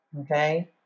Okay